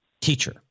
Teacher